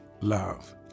love